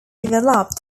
developed